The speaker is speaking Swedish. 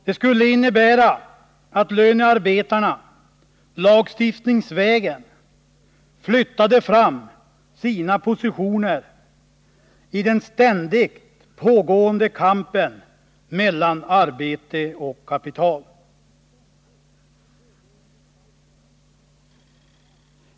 Det skulle innebära att lönearbetarna lagstiftningsvägen flyttade fram sina positioner i den ständigt pågående kampen mellan arbete och kapital.